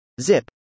zip